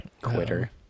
Quitter